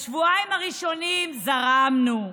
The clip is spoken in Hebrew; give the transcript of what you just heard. בשבועיים הראשונים זרמנו,